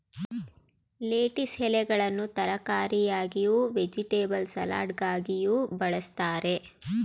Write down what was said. lettuce ಎಲೆಗಳನ್ನು ತರಕಾರಿಯಾಗಿಯೂ, vegetable ಸಲಡಾಗಿಯೂ ಬಳ್ಸತ್ತರೆ